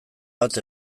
bat